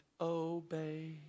obey